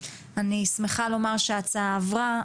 אני שמחה לומר שההצעה עברה.